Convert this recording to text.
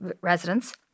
residents